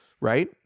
right